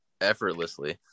effortlessly